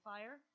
Fire